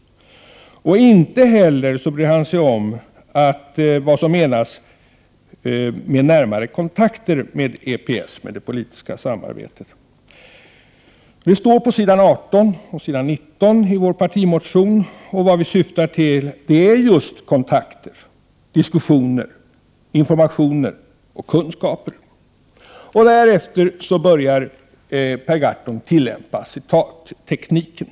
Vidare bryr sig Per Gahrton inte om vad som menas med ”närmare kontakter med EPS-samarbetet”. Pås. 18 och 19i vår partimotion står det vad vi syftar till. Vad vi syftar till är Prot. 1988/89:129 ju just kontakter, diskussioner, information och kunskap. 6 juni 1989 Sedan börjar Per Gahrton tillämpa citattekniken.